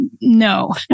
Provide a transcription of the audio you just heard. no